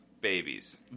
Babies